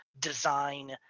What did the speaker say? design